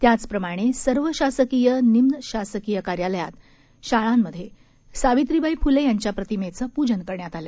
त्याचप्रमाणे सर्व शासकीय निमशासकीय कार्यालयात शाळेत सावित्रीबाई फुले यांच्या प्रतिमेचं पूजन करण्यात आलं